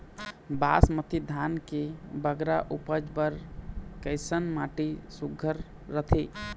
बासमती धान के बगरा उपज बर कैसन माटी सुघ्घर रथे?